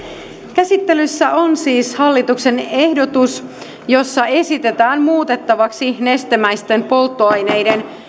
käsittelyssä on siis hallituksen ehdotus jossa esitetään muutettavaksi nestemäisten polttoaineiden